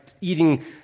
eating